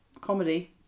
comedy